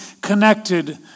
connected